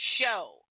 show